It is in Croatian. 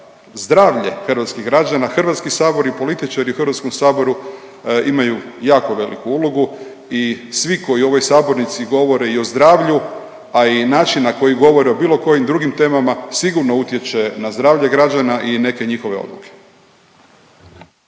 zdravlje hrvatskih građana, Hrvatski sabor i političari u Hrvatskom saboru, imaju jako veliku ulogu i svi koji u ovoj sabornici govore i o zdravlju, a i način na koji govore o bilo kojim drugim temama, sigurno utječe na zdravlje građana i neke njihove odluke.